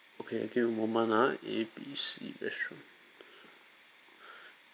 okay okay a moment ah A B C restaurant